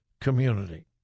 community